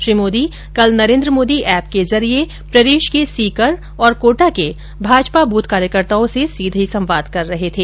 श्री मोदी कल नरेन्द्र मोदी ऐप के जरिए प्रदेश के सीकर और कोटा के भाजपा बूथ कार्यकर्ताओं से सीधा संवाद कर रहे थे